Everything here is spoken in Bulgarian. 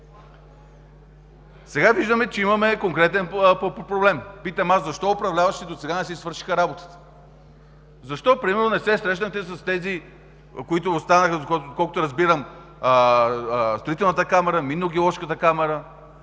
Сега виждаме, че имаме конкретен проблем. Питам аз: защо управляващите досега не си свършиха работата? Защо например не се срещнахте с тези, които останаха, доколкото разбирам – Строителната камара, Минно-геоложката камара,